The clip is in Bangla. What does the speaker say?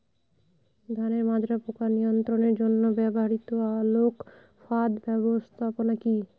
ধানের মাজরা পোকা নিয়ন্ত্রণের জন্য ব্যবহৃত আলোক ফাঁদ ব্যবস্থাপনা কি?